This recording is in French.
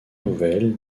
nouvelle